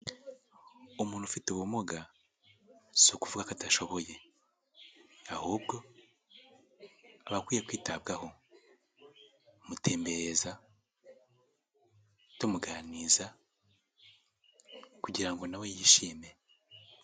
Umuntu ufite ubumuga, si ukuvuga ko adashoboye, ahubwo aba akwiye kwitabwaho, kumutembereza, tumuganiriza kugira ngo na we yishime.